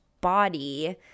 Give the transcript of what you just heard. body